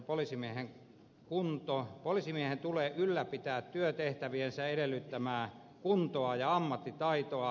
poliisimiehen tulee ylläpitää työtehtäviensä edellyttämää kuntoa ja ammattitaitoa